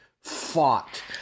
fought